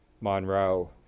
Monroe